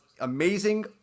amazing